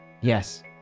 Yes